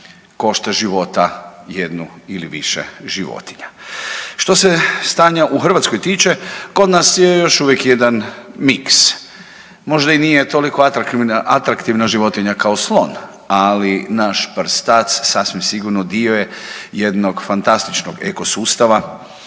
košta života jednu ili više životinja. Što se stanja u Hrvatskoj tiče kod nas je još uvijek jedan miks. Možda i nije toliko atraktivna životinja kao slon, ali naš prstac sasvim sigurno dio je jednog fantastičnog eko sustava